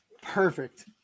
Perfect